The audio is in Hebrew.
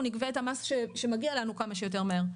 נגבה את המס שמגיע לנו כמה שיותר מהר.